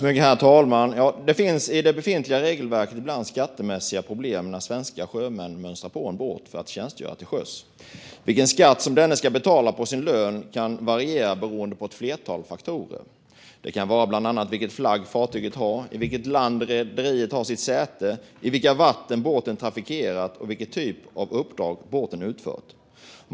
Herr talman! Det finns i det befintliga regelverket ibland skattemässiga problem när svenska sjömän mönstrar på en båt för att tjänstgöra till sjöss. Vilken skatt dessa ska betala på sin lön kan variera beroende på ett flertal faktorer. Det kan bero på vilken flagg fartyget har, i vilket land rederiet har sitt säte, vilka vatten båten har trafikerat eller vilken typ av uppdrag båten har utfört.